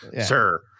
sir